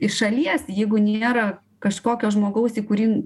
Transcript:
iš šalies jeigu nėra kažkokio žmogaus į kurį